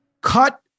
cut